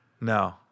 No